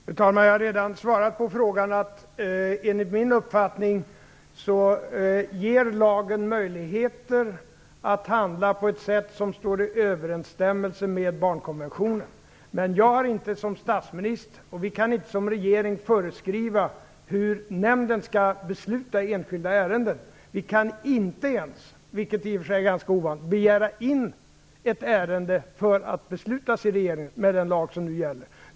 Fru talman! Jag har redan svarat på frågan. Enligt min uppfattning ger lagen möjligheter att handla på ett sätt som står i överensstämmelse med barnkonventionen. Men varken jag som statsminister eller regeringen kan föreskriva hur nämnden skall besluta i enskilda ärenden. Vi kan inte ens, vilket i och för sig är ganska ovanligt, begära in ett ärende för beslut i regeringen med den lag som nu gäller.